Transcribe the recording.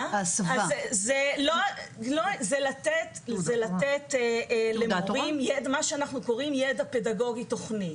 זה לתת למורים את מה שאנחנו קוראים ידע פדגוגי תוכני.